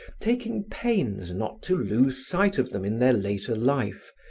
taking pains not to lose sight of them in their later life,